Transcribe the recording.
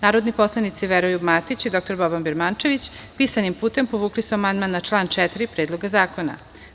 Narodni poslanici Veroljub Matić i dr Boban Birmančević pisanim putem su povukli amandman na član 4. Predloga zakona.